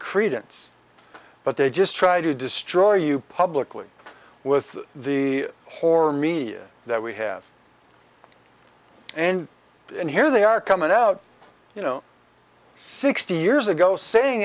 credence but they just try to destroy you publicly with the horror media that we have and and here they are coming out you know sixty years ago saying